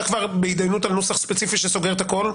בהתדיינות על נוסח ספציפי שסוגר את הכול?